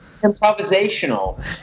improvisational